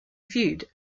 viewed